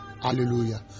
Hallelujah